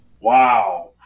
wow